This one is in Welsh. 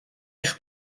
eich